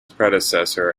predecessor